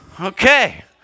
Okay